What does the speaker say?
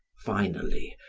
finally,